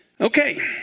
Okay